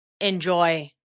enjoy